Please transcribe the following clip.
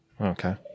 Okay